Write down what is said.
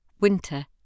Winter